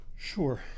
Sure